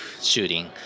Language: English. shooting